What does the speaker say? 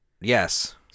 Yes